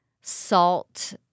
salt